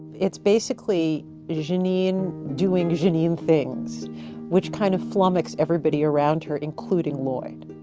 it's basically janine doing janine things which kind of flummoxed everybody around her including lloyd